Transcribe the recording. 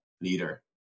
leader